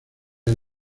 del